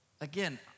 Again